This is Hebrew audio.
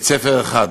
בית-ספר אחד